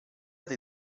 dei